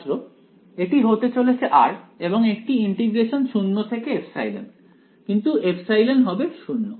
ছাত্র এটি হতে চলেছে r এবং একটি ইন্টিগ্রেশন 0 থেকে ε কিন্তু ε হবে 0